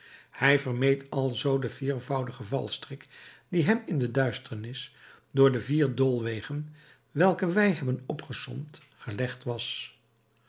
hij vermeed alzoo den viervoudigen valstrik die hem in de duisternis door de vier doolwegen welke wij hebben opgesomd gelegd was